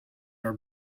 are